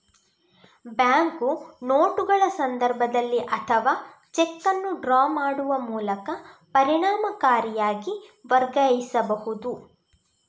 bank ನೋಟುಗಳ ಸಂದರ್ಭದಲ್ಲಿ ಅಥವಾ ಚೆಕ್ ಅನ್ನು ಡ್ರಾ ಮಾಡುವ ಮೂಲಕ ಪರಿಣಾಮಕಾರಿಯಾಗಿ ವರ್ಗಾಯಿಸಬಹುದು